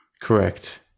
Correct